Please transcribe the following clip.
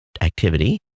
activity